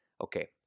Okay